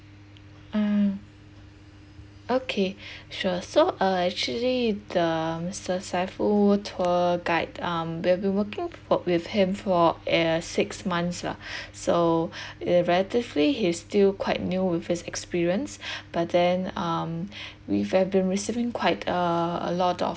ah okay sure so uh actually the mister saiful tour guide um we've been working for with him for uh six months lah so uh relatively he's still quite new with his experience but then um we have been receiving quite uh a lot of